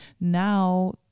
now